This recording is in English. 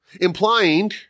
implying